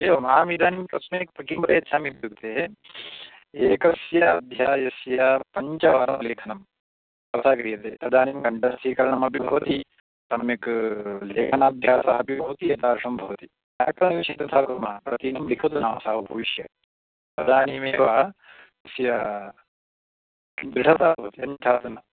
एवम् अहम् इदानीं तस्मिन् किं प्रेच्छामि इत्युक्ते एकस्य अध्यायस्य पञ्चवारं लेखनं तथा क्रियते तदानीं कण्ठस्थीकरणमपि भवति सम्यक् लेखनाभ्यासः अपि भवति यथा सम्भवति प्रतिदिनं लिखतु नाम सः उपविश्य तदानीम् एव तस्य